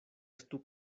estu